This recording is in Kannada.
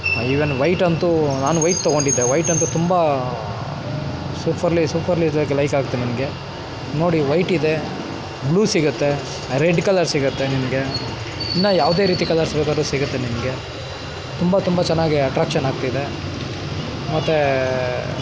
ಈವನ್ ವೈಟ್ ಅಂತೂ ನಾನು ವೈಟ್ ತಗೊಂಡಿದ್ದೆ ವೈಟ್ ಅಂತೂ ತುಂಬ ಸೂಫರ್ಲಿ ಸೂಫರ್ಲಿ ಲೈಕ್ ಲೈಕ್ ಆಗ್ತ ನಿಮಗೆ ನೋಡಿ ವೈಟ್ ಇದೆ ಬ್ಲೂ ಸಿಗತ್ತೆ ರೆಡ್ ಕಲರ್ ಸಿಗತ್ತೆ ನಿಮಗೆ ಇನ್ನು ಯಾವುದೇ ರೀತಿ ಕಲರ್ಸ್ ಬೇಕಾದರೂ ಸಿಗುತ್ತೆ ನಿಮಗೆ ತುಂಬ ತುಂಬ ಚೆನ್ನಾಗೆ ಅಟ್ರ್ಯಾಕ್ಷನ್ ಆಗ್ತಿದೆ ಮತ್ತು